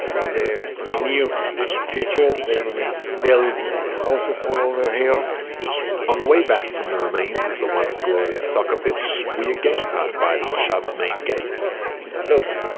in the near future, they will build houses all over here on the way back from the remains of the once glorious soccer pitch, we again passed by the moshav's main gate look,